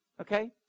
Okay